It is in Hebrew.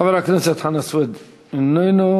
חבר הכנסת חנא סוייד, איננו.